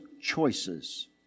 choices